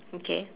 okay